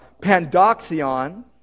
pandoxion